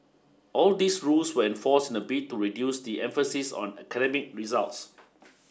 all these rules were enforced in a bid to reduce the emphasis on academic results